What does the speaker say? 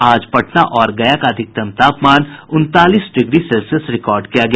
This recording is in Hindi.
आज पटना और गया का अधिकतम तापमान उनतालीस डिग्री सेल्सियस रिकॉर्ड किया गया